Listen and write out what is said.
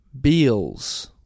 Beals